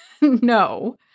No